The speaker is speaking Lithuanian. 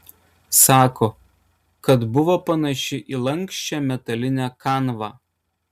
sako kad buvo panaši į lanksčią metalinę kanvą